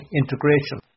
integration